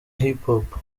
hiphop